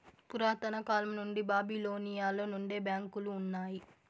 పురాతన కాలం నుండి బాబిలోనియలో నుండే బ్యాంకులు ఉన్నాయి